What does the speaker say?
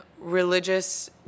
religious